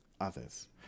others